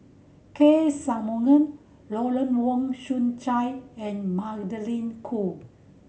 K Shanmugam Lawrence Wong Shyun Tsai and Magdalene Khoo